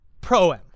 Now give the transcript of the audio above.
proem